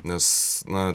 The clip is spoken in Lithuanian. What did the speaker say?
nes na